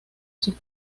sus